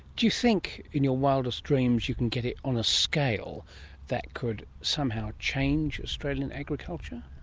do you think, in your wildest dreams, you can get it on a scale that could somehow change australian agriculture?